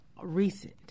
recent